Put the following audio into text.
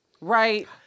right